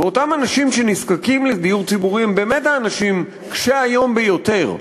אותם אנשים שנזקקים לדיור ציבורי הם באמת האנשים קשי-היום ביותר.